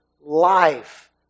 life